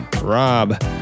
Rob